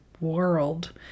world